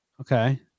Okay